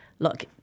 look